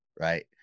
right